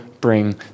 bring